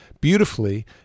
beautifully